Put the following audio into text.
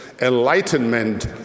Enlightenment